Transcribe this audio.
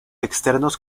externos